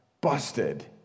Busted